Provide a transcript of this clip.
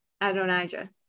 Adonijah